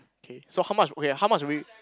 okay so how much okay how much will you